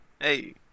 Hey